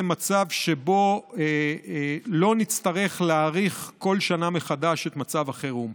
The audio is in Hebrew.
מצב שבו לא נצטרך להאריך כל שנה מחדש את מצב החירום.